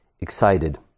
excited